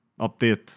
update